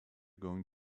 going